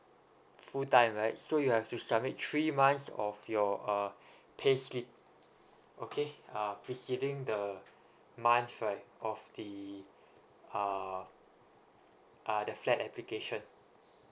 full time right so you have to submit three months of your uh payslip okay uh preceding the month right of the uh uh the flat application